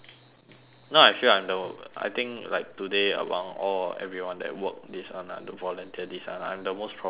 now I feel like I'm the I think like today among all everyone that work this one ah to volunteer this one ah I am the most problematic one